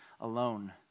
alone